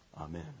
Amen